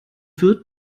wird